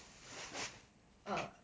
uh